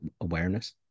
awareness